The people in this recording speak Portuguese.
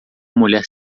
mulher